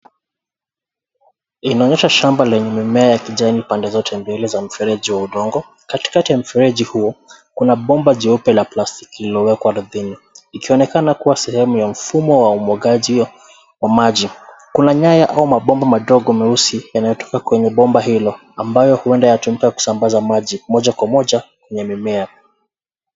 Inaonyesha shamba lenye mimea ya kijani pande zote mbili za mfereji wa udongo. Katikati ya mfereji huo, kuna bomba jeupe la plastiki lililowekwa ardhini. Likionekana kuwa sehemu ya mfumo wa umwagaji wa maji. Kuna mimea au mabomba madogo meusi yanayotoka kwenye bomba hilo, ambayo huenda yanatumika kusambaza maji moja kwa moja ya mimea.